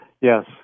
Yes